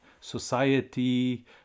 society